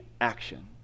action